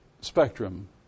spectrum